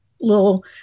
little